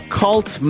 cult